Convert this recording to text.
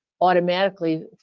automatically